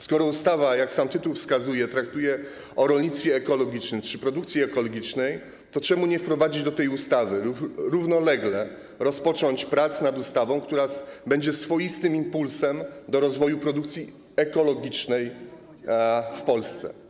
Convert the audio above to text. Skoro ustawa, jak sam tytuł wskazuje, traktuje o rolnictwie ekologicznym czy produkcji ekologicznej, to czemu nie wprowadzić do tej ustawy działań lub nie rozpocząć równolegle prac nad ustawą, która będzie swoistym impulsem do rozwoju produkcji ekologicznej w Polsce?